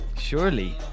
Surely